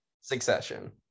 Succession